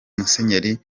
musenyeri